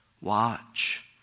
watch